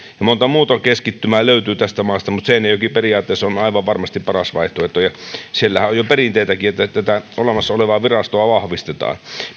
monta muuta keskittymää löytyy tästä maasta mutta seinäjoki periaatteessa on aivan varmasti paras vaihtoehto siellähän on jo perinteitäkin tätä olemassa olevaa virastoa vahvistetaan